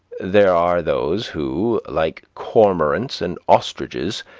there are those who, like cormorants and ostriches,